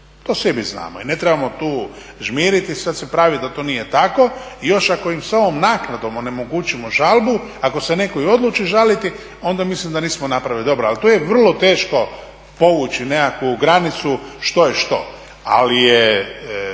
To svi mi znamo i ne trebamo tu žmiriti i sad se praviti da to nije tako. Još ako im s ovom naknadom onemogućimo žalbu ako se netko i ne odluči žaliti onda mislim da nismo napravili dobro. Ali tu je vrlo teško povući nekakvu granicu što je što. Ali je